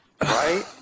right